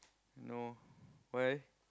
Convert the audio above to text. no why